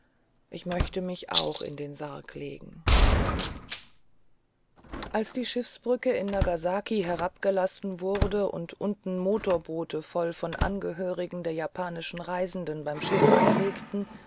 ich möchte mich auch in den sarg legen als die schiffsbrücke in nagasaki herabgelassen wurde und unten motorboote voll von angehörigen der japanischen reisenden beim schiff anlegten